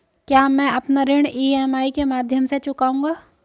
क्या मैं अपना ऋण ई.एम.आई के माध्यम से चुकाऊंगा?